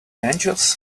angels